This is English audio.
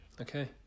Okay